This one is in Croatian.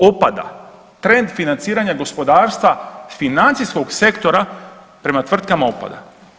Opada, trend financiranja gospodarstva financijskog sektora prema tvrtkama opada.